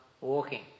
walking